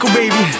baby